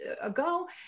ago